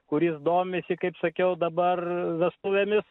kuris domisi kaip sakiau dabar vestuvėmis